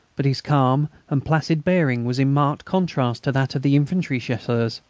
but his calm and placid bearing was in marked contrast to that of the infantry chasseurs.